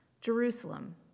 jerusalem